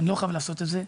אני לא חייב לעשות את זה,